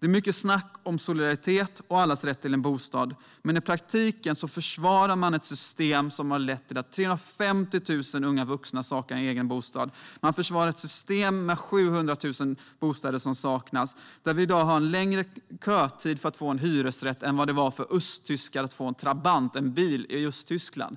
Det är mycket snack om solidaritet och allas rätt till en bostad, men i praktiken försvarar de ett system som har lett till att 350 000 unga vuxna saknar eget boende. De försvarar ett system där 700 000 bostäder saknas och där man får köa längre för att få en hyresrätt än vad östtyskar behövde köa för att få en Trabantbil i Östtyskland.